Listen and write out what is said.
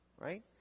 Right